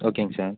ஓகேங்க சார்